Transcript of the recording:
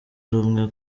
rumwe